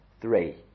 Three